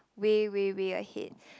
way way way ahead